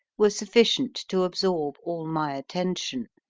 were sufficient to absorb all my attention,